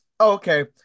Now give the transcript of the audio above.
okay